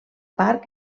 parc